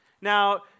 Now